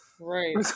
Right